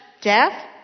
death